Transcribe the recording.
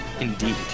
Indeed